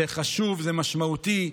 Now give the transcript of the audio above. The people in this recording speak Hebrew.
זה חשוב, זה משמעותי,